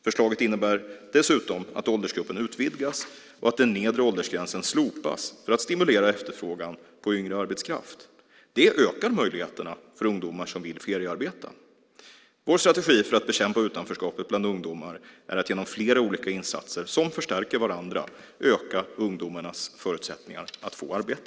Förslaget innebär dessutom att åldersgruppen utvidgas och den nedre åldersgränsen slopas för att stimulera efterfrågan på yngre arbetskraft. Det ökar möjligheterna för ungdomar som vill feriearbeta. Vår strategi för att bekämpa utanförskapet bland ungdomar är att genom flera olika insatser som förstärker varandra öka ungdomarnas förutsättningar att få arbete.